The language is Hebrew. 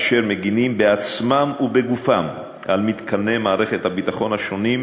אשר מגינים בעצמם ובגופם על מתקני מערכת הביטחון השונים,